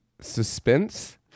suspense